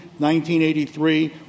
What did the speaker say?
1983